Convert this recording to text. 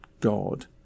God